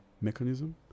mechanism